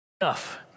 enough